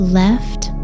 left